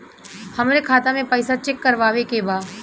हमरे खाता मे पैसा चेक करवावे के बा?